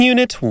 Unit